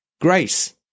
Grace